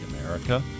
America